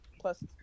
Plus